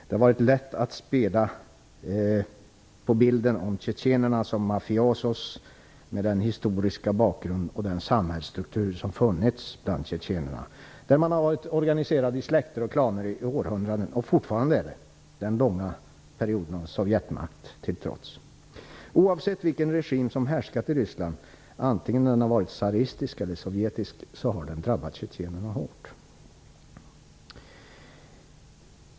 Det har varit lätt att spela på fördomarna om tjetjenerna som mafiosi, med tanke på den historiska bakgrund och samhällsstruktur som funnits bland tjetjenerna, där man har varit organiserad i släkter och klaner i århundraden och fortfarande är det, den långa perioden av sovjetmakt till trots. Oavsett vilken regim som härskat i Ryssland - tsaristisk eller sovjetisk - har den drabbat tjetjenerna hårt.